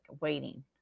waiting